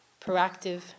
proactive